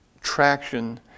traction